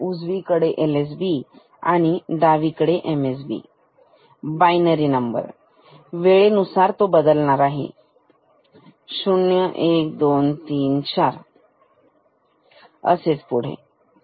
आहे उजवीकडे LSB आणि डावीकडे MSB बाइनरी नंबर वेळेनुसार बदलणार आहे की 0 1 2 3 4 असेच पुढे